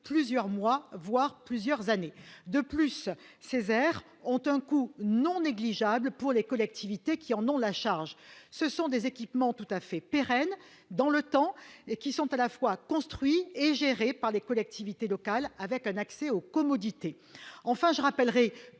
plusieurs mois, voire plusieurs années. De plus, ces aires représentent un coût non négligeable pour les collectivités locales qui en ont la charge. Ce sont des équipements pérennes et qui sont à la fois construits et gérés par les collectivités locales, avec un accès aux commodités. Enfin, je rappelle